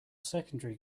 secondary